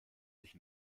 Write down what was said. sich